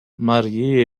marié